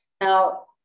Now